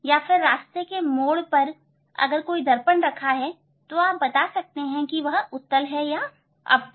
या रास्ते के मोड़ पर जो भी दर्पण रखा है यह उत्तल है या अवतल